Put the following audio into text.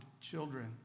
children